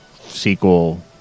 sequel